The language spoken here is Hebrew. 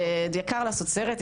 זה יקר לעשות סרט.